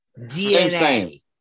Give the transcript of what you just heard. DNA